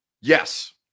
Yes